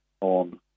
on